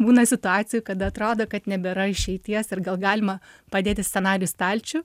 būna situacijų kada atrodo kad nebėra išeities ir gal galima padėti scenarijų į stalčių